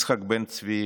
יצחק בן-צבי